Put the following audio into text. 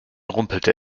rumpelte